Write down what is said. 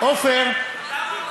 עפר,